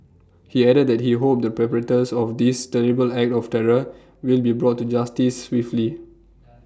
he added that he hoped the of this terrible act of terror will be brought to justice swiftly